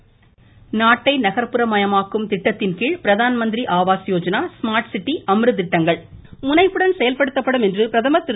பிரதமர் ட்விட்டர் நாட்டை நகர்ப்புறமயமாக்கும் திட்டத்தின்கீழ் பிரதான் மந்திரி ஆவாஸ் யோஜனா ஸ்மார்ட் சிட்டி அம்ருத் திட்டங்கள் முனைப்புடன் செயல்படுத்தப்படும் என்று பிரதமர் திரு